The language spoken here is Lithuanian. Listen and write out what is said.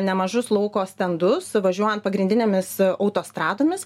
nemažus lauko stendus važiuojant pagrindinėmis autostradomis